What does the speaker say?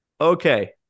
Okay